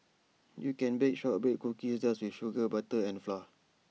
you can bake Shortbread Cookies just with sugar butter and flour